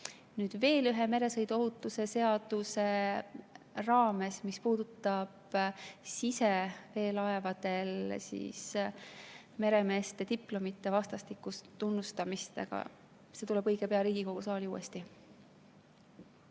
nüüd veel ühe meresõiduohutuse seaduse raames, mis puudutab siseveelaevadel meremeeste diplomite vastastikust tunnustamist. See tuleb õige pea uuesti Riigikogu saali.